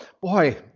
boy